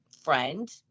friend